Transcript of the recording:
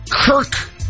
Kirk